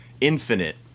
Infinite